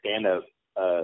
stand-up